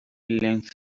length